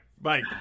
bye